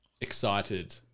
excited